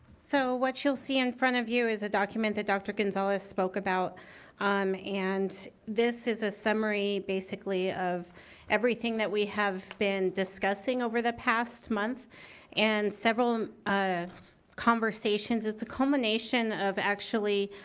so, what you'll see in front of you is a document that dr. gonzalez spoke about um and this is a summary basically of everything that we have been discussing over the past month and several ah conversations. it's a culmination of actually